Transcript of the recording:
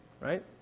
Right